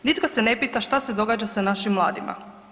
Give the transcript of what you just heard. Nitko se ne pita što se događa s našim mladima.